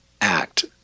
act